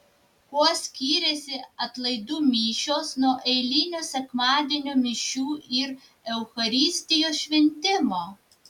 kuo skiriasi atlaidų mišios nuo eilinio sekmadienio mišių ir eucharistijos šventimo